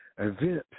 event